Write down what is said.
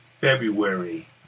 February